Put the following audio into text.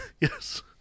yes